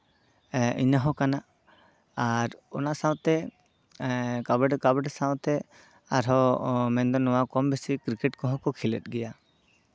ᱮᱜ ᱤᱱᱟᱹ ᱦᱚᱸ ᱠᱟᱱᱟ ᱟᱨ ᱚᱱᱟ ᱥᱟᱶᱛᱮ ᱠᱟᱵᱟᱰᱤ ᱠᱟᱵᱟᱰᱤ ᱥᱟᱶᱛᱮ ᱟᱨᱦᱚᱸ ᱢᱮᱱᱫᱚ ᱱᱚᱣᱟ ᱠᱚᱢ ᱵᱮᱥᱤ ᱠᱤᱨᱠᱮᱴ ᱠᱚᱦᱚᱸ ᱠᱚ ᱠᱷᱮᱞ ᱜᱮᱭᱟ